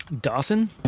Dawson